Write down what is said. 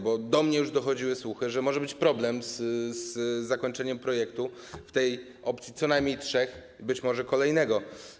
Bo do mnie już dochodziły słuchy, że może być problem z zakończeniem projektu, w tej opcji - co najmniej trzech, być może kolejnego.